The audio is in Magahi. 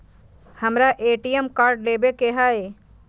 हमारा ए.टी.एम कार्ड लेव के हई